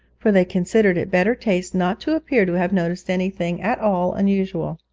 for they considered it better taste not to appear to have noticed anything at all unusual.